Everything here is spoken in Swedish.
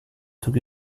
tog